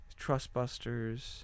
Trustbusters